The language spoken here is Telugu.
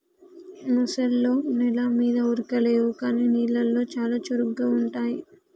ముసల్లో నెల మీద ఉరకలేవు కానీ నీళ్లలో చాలా చురుగ్గా ఉంటాయి